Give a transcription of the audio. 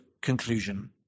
conclusion